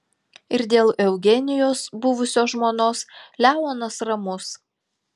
ir dėl eugenijos buvusios žmonos leonas ramus